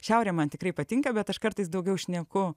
šiaurė man tikrai patinka bet aš kartais daugiau šneku